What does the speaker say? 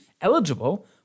eligible